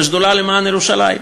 בשדולה למען ירושלים.